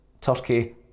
Turkey